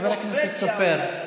חבר הכנסת סופר,